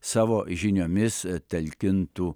savo žiniomis talkintų